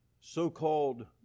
so-called